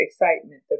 excitement